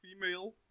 female